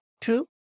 True